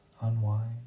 unwind